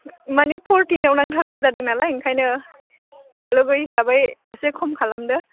मानि फरटिनआव नांथारगौ जादों नालाय ओंखायनो लोगो हिसाबै एसे खम खालामदो